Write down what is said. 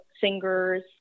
singers